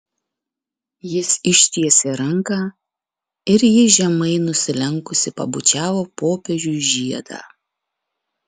jis ištiesė ranką ir ji žemai nusilenkusi pabučiavo popiežiui žiedą